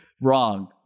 wrong